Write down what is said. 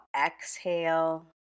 exhale